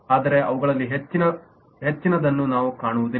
ಆದರೆ ಅವುಗಳಲ್ಲಿ ಹೆಚ್ಚಿನದನ್ನು ನಾವು ಕಾಣುವುದಿಲ್ಲ